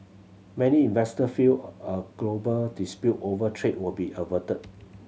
many investor feel a a global dispute over trade will be averted